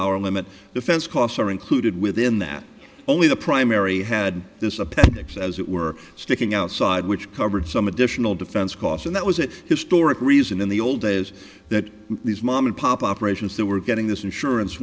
dollar limit defense costs are included within that only the primary had this appendix as it were sticking outside which covered some additional defense costs and that was it historic reason in the old days that these mom and pop operations that were getting this insurance